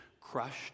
crushed